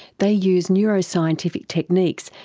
they use neuroscientific techniques,